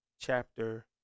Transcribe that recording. chapter